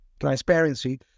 transparency